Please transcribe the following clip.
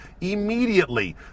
immediately